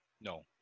No